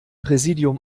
präsidium